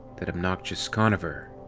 that obnoxious conover?